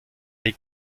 hay